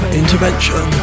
intervention